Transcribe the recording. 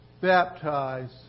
baptize